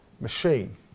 machine